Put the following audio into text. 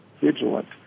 vigilant